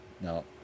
no